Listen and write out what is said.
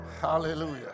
Hallelujah